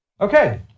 okay